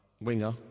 winger